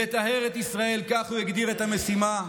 "לטהר את ישראל", כך הוא הגדיר את המשימה,